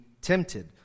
tempted